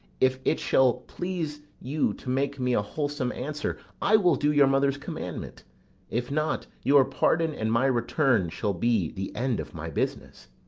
if it shall please you to make me a wholesome answer, i will do your mother's commandment if not, your pardon and my return shall be the end of my business.